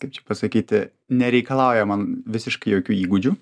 kaip čia pasakyti nereikalauja man visiškai jokių įgūdžių